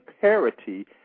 parity